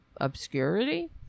obscurity